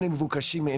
מבוקשים.